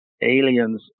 aliens